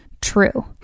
true